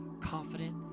confident